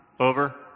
Over